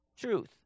truth